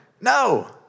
No